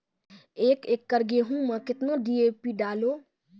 एक एकरऽ गेहूँ मैं कितना डी.ए.पी डालो?